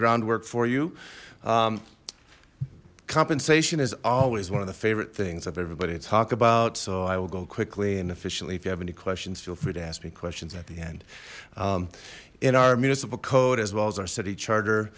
groundwork for you compensation is always one of the favorite things of everybody to talk about so i will go quickly and efficiently if you have any questions feel free to ask me questions at the end in our municipal code as well as our city charter